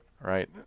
right